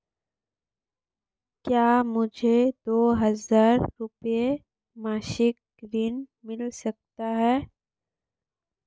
क्या मुझे दो हज़ार रुपये मासिक ऋण मिल सकता है?